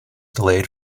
delayed